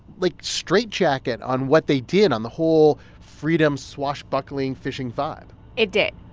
like, straitjacket on what they did on the whole freedom, swashbuckling, fishing vibe it did.